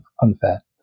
unfair